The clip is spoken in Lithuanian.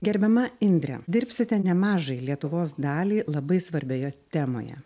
gerbiama indre dirbsite nemažai lietuvos daliai labai svarbioje temoje